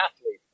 athlete